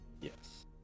Yes